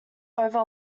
over